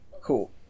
cool